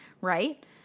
right